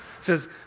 says